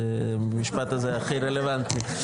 המשפט הזה הכי רלוונטי.